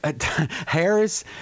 Harris